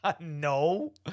No